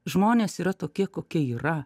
žmonės yra tokie kokie yra